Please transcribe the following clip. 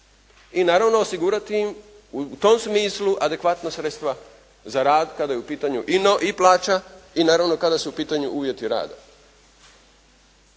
i naravno osigurati im u tom smislu adekvatna sredstva za rad kada je u pitanju i plaća i naravno kada su u pitanju uvjeti rada.